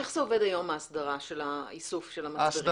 איך עובדת היום ההסדרה לאיסוף המצברים?